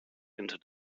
into